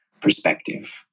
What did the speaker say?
perspective